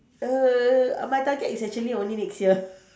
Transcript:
err my target is actually only next year